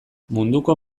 munduko